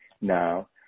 now